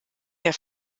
der